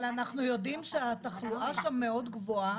אבל אנחנו יודעים שהתחלואה שם מאוד גבוהה.